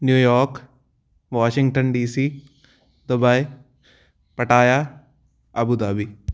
New York Washington DC Dubai Pattaya Abu Dhabi